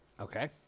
Okay